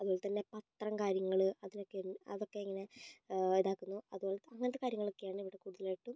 അതുപോലെത്തന്നെ പത്രം കാര്യങ്ങള് അതിനൊക്കെ അതൊക്കെ ഇങ്ങനെ ഇതാക്കുന്നു അതുപോലെ അങ്ങനത്തെ കാര്യങ്ങളൊക്കെയാണ് ഇവിടെ കൂടുതലായിട്ടും